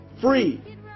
free